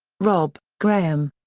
robb, graham.